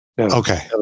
Okay